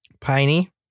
Piney